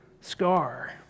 scar